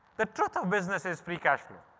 the truth of business is free cash flow.